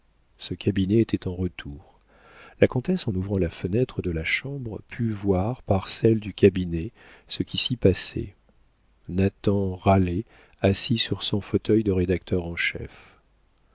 ce cabinet était en retour la comtesse en ouvrant la fenêtre de la chambre put voir par celle du cabinet ce qui s'y passait nathan râlait assis sur son fauteuil de rédacteur en chef